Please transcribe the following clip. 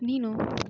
నేను